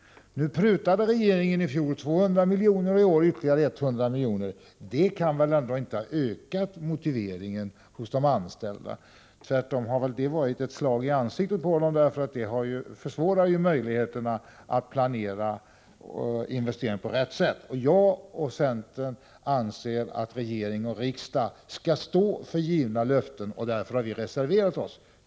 Nu prutade regeringen i fjol 200 miljoner och i år ytterligare 100 miljoner. Det kan väl inte ha ökat motivationen hos de anställda? Tvärtom har väl detta för dem varit som ett slag i ansiktet, eftersom det försämrar möjligheterna att planera investeringarna på rätt sätt. Jag och centern i övrigt anser att regering och riksdag skall stå för givna löften, och därför har vi reserverat oss.